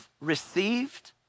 received